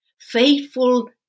Faithful